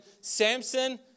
Samson